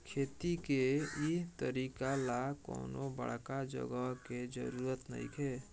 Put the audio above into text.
खेती के इ तरीका ला कवनो बड़का जगह के जरुरत नइखे